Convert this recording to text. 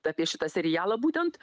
apie šitą serialą būtent